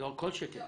כל שכן.